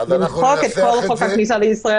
למחוק את כל חוק הכניסה לישראל